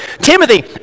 Timothy